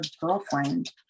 girlfriend